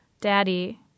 Daddy